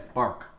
bark